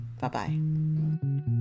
Bye-bye